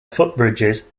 footbridges